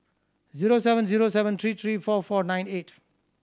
zero seven zero seven three three four four nine eight